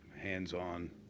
hands-on